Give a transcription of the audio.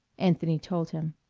anthony told him.